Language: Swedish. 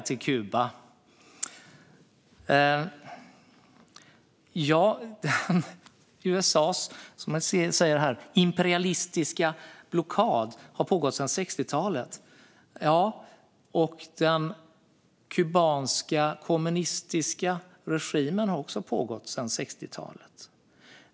USA:s, som Håkan Svenneling säger, imperialistiska blockad har pågått sedan 60-talet. Ja - och den kubanska kommunistiska regimen har också funnits sedan 60-talet.